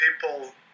people